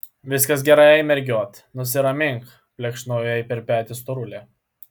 viskas gerai mergiot nusiramink plekšnojo jai per petį storulė